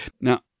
Now